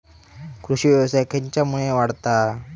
कृषीव्यवसाय खेच्यामुळे वाढता हा?